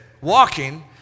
walking